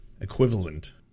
equivalent